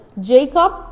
Jacob